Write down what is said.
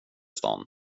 stan